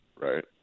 right